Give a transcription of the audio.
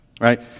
Right